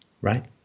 right